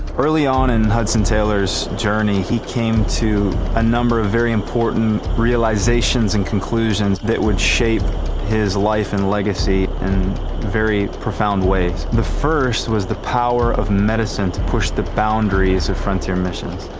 early on in hudson taylor's journey, he came to a number of very important realizations and conclusions that would shape his life and legacy in very profound ways. the first was the power of medicine to push the boundaries of frontier missions.